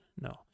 No